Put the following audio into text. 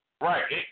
Right